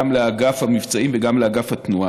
גם לאגף המבצעים וגם לאגף התנועה,